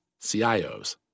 CIOs